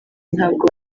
ntabwo